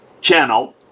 channel